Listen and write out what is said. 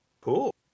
Cool